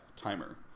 timer